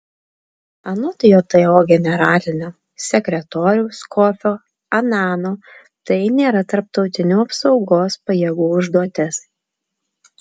anot jto generalinio sekretoriaus kofio anano tai nėra tarptautinių apsaugos pajėgų užduotis